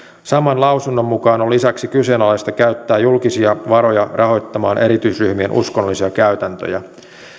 saman lausunnon mukaan on lisäksi kyseenalaista käyttää julkisia varoja rahoittamaan erityisryhmien uskonnollisia käytäntöjä